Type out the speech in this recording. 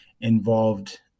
involved